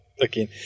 again